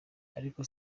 ariko